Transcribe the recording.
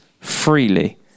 freely